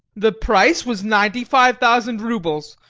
the price was ninety-five thousand roubles.